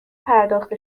پرداخت